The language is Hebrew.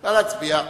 נא להצביע.